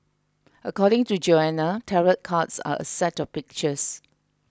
according to Joanna tarot cards are a set of pictures